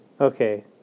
Okay